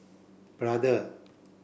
brother